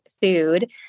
food